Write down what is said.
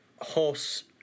horse